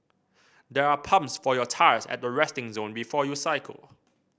there are pumps for your tyres at the resting zone before you cycle